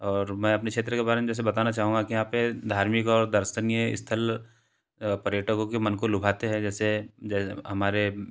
और मैं अपने क्षेत्र के बारे में जैसे बताना चाहूँगा कि यहाँ पर धार्मिक और दर्शनीय स्थल पर्यटकों के मन को लुभाते हैं जैसे जैसे हमारे